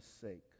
sake